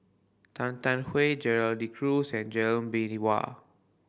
Tan Tarn Gerald De Cruz and Lee Bee Wah